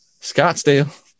Scottsdale